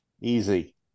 Easy